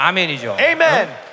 Amen